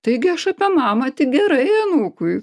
taigi aš apie mamą tik gerai anūkui